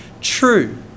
true